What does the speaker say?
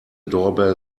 doorbell